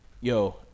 Yo